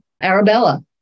Arabella